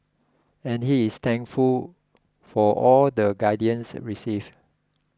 and he is thankful for all the guidance received